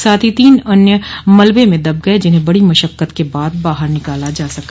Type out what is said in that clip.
साथ ही तीन अन्य मलबे में दब गये जिन्हें बड़ी मशक्कत के बाद बाहर निकाला जा सका